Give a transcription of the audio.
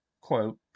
quote